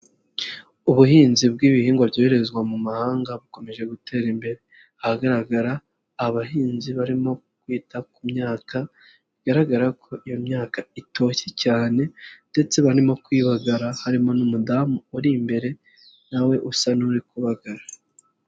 Ubuhinzi bw'ibihingwa byoherezwa mu mahanga bukomeje gutera imbere. Ahagaragara abahinzi barimo kwita ku myaka, bigaragara ko iyo myaka itoshye cyane ndetse barimo kuyibagara harimo n'umudamu uri imbere, nawe usa n'uri kubagara.